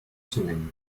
semaine